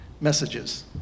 messages